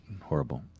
horrible